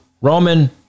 Roman